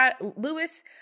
Lewis